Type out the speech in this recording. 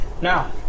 now